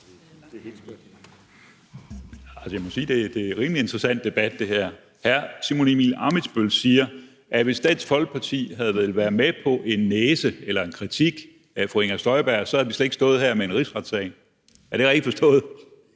her er en rimelig interessant debat. Hr. Simon Emil Ammitzbøll-Bille siger, at hvis Dansk Folkeparti havde villet være med på en næse eller en kritik af fru Inger Støjberg, så havde vi slet ikke stået her med en rigsretssag. Er det rigtigt forstået?